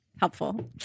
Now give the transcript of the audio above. Helpful